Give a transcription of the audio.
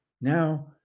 Now